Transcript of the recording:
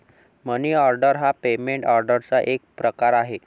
मनी order हा payment ऑर्डरचा एक प्रकार आहे